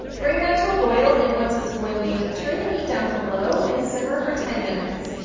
bring that to a boil and once it's boiling, turn the heat down to low and simmer for ten minutes.